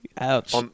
Ouch